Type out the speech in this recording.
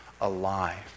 alive